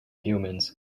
humans